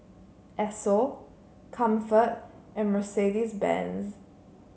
Esso Comfort and Mercedes Benz